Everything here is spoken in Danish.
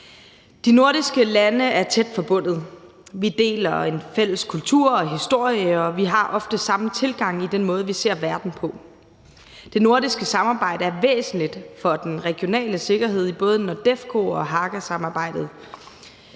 De nordiske lande er tæt forbundet. Vi deler en fælles kultur og historie, og vi har ofte samme tilgange i den måde, vi ser verden på. Det nordiske samarbejde er væsentligt for den regionale sikkerhed i både NORDEFCO og Haga-samarbejdet.